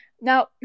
Now